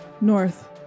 north